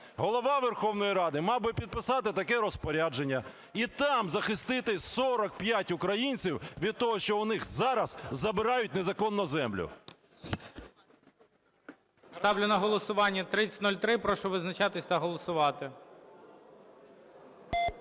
Голова Верховної Ради мав би підписати таке розпорядження і там захистити 45 українців від того, що у них зараз забирають незаконно землю. ГОЛОВУЮЧИЙ. Ставлю на голосування 3003. Прошу визначатись та голосувати.